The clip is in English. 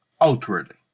outwardly